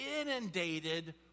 inundated